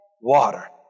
water